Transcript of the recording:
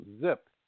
zip